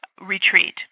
retreat